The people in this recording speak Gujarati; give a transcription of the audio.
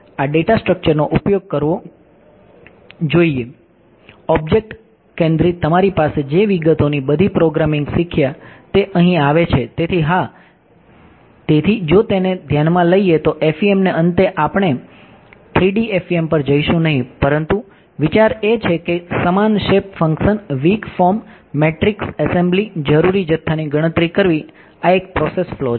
આ ડેટા સ્ટ્રક્ચર્સ છે